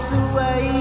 away